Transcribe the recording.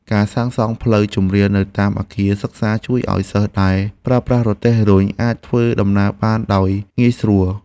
ការសាងសង់ផ្លូវជម្រាលនៅតាមអគារសិក្សាជួយឱ្យសិស្សដែលប្រើប្រាស់រទេះរុញអាចធ្វើដំណើរបានដោយងាយស្រួល។